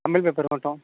Tamil paper மட்டும்